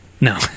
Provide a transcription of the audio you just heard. no